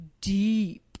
deep